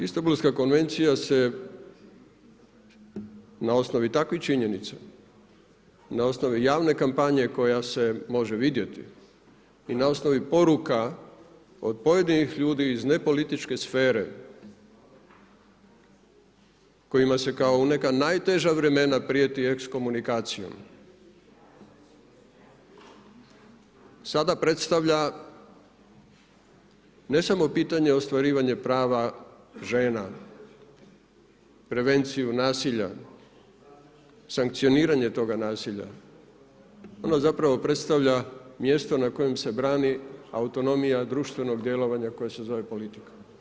Istanbulska konvencija se na osnovi takvih činjenica, na osnovi javne kampanje koja se može vidjeti i na osnovi poruka od pojedinih ljudi iz nepolitičke sfere kojima se kao u neka najteža vremena prijeti ekskomunikacijom sada predstavlja, ne samo pitanje ostvarivanje prava žena, prevenciju nasilja, sankcioniranje toga nasilja, ono zapravo predstavlja mjesto na kojem se brani autonomija društvenog djelovanja koje se zove politika.